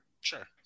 Sure